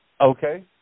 Okay